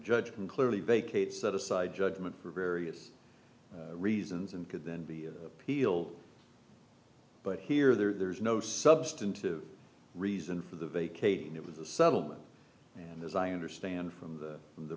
judgment clearly vacates set aside judgment for various reasons and could then be appealed but here there's no substantive reason for the vacating it was a settlement and as i understand from the